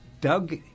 Doug